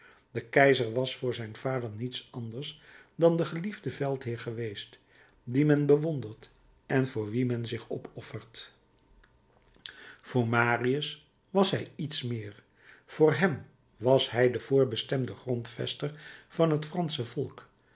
de keizer was voor zijn vader niets anders dan de geliefde veldheer geweest dien men bewondert en voor wien men zich opoffert voor marius was hij iets meer voor hem was hij de voorbestemde grondvester van het fransche volk